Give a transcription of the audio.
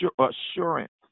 assurance